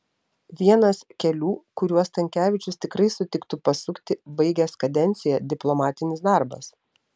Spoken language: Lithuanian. vienas kelių kuriuo stankevičius tikrai sutiktų pasukti baigęs kadenciją diplomatinis darbas